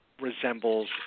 resembles